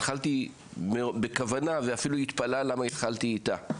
התחלתי בכוונה ואפילו היא התפלאה למה התחלתי איתה.